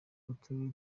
uturere